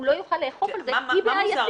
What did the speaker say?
הוא לא יוכל לאכוף את זה היא בעייתית.